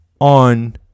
on